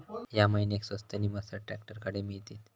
या महिन्याक स्वस्त नी मस्त ट्रॅक्टर खडे मिळतीत?